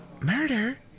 Murder